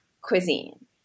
cuisine